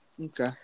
Okay